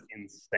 insane